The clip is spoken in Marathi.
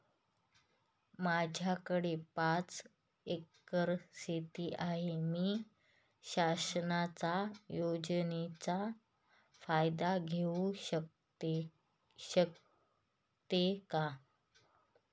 माझ्याकडे पाच एकर शेती आहे, मी शासनाच्या योजनेचा फायदा घेऊ शकते का?